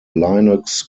linux